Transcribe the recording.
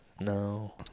No